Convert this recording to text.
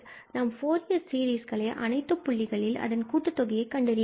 நாம் ஃபூரியர் சீரிஸ்ளை அனைத்து புள்ளிகளில் அதன் கூட்டுத் தொகையை கண்டறிய வேண்டும்